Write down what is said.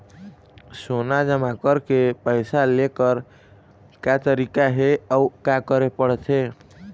सोना जमा करके पैसा लेकर का तरीका हे अउ का करे पड़थे?